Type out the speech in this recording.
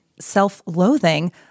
self-loathing